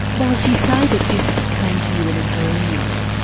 boris you say that this came to you in a dream,